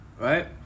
right